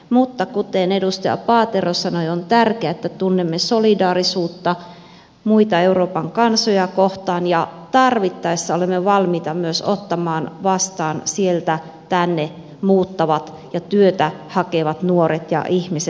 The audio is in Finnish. mutta kuten edustaja paatero sanoi on tärkeää että tunnemme solidaarisuutta muita euroopan kansoja kohtaan ja tarvittaessa olemme valmiita myös ottamaan vastaan sieltä tänne muuttavat ja työtä hakevat nuoret ja ihmiset